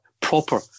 proper